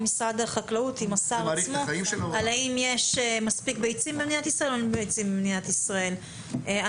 משרד החקלאות ועם השר האם יש מספיק ביצים במדינת ישראל או אם